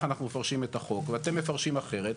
אנחנו מפרשים את החוק ואתם מפרשים אחרת,